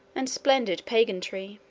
and splendid pageantry.